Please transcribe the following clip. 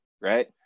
right